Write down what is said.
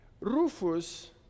Rufus